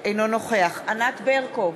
אינו נוכח ענת ברקו,